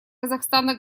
казахстана